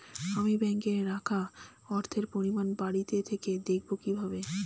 আমি ব্যাঙ্কে রাখা অর্থের পরিমাণ বাড়িতে থেকে দেখব কীভাবে?